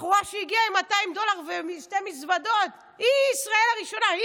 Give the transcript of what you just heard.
בחורה שהגיעה עם 200 דולר ועם שתי מזוודות היא ישראל הראשונה?